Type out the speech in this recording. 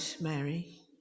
Mary